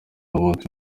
umunsi